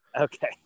Okay